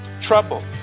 trouble